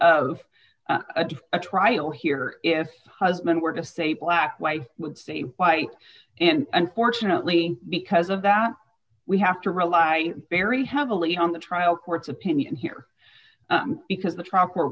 of a trial here if husband were to say black white i would say white and unfortunately because of that we have to rely very heavily on the trial court's opinion here because the truck